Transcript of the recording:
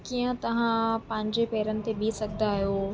की कीअं तव्हां पंहिंजे पेरनि ते बिह सघंदा आहियो